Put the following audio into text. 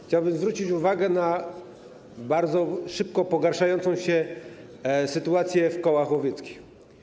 Chciałbym zwrócić uwagę na bardzo szybko pogarszającą się sytuację w kołach łowieckich.